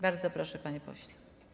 Bardzo proszę, panie pośle.